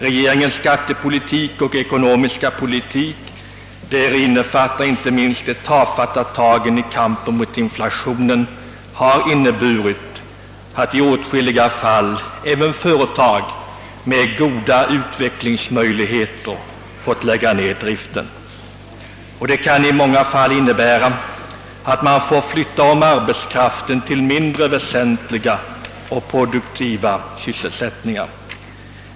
Regeringens skatte politik och ekonomiska politik — och däri innefattas inte minst de tafatta tagen i kampen mot inflationen — har inneburit att i åtskilliga fall även företag med goda utvecklingsmöjligheter måst lägga ned driften, vilket i många fall kan innebära att arbetskraften får flyttas om till mindre väsentliga och produktiva sysselsättningar.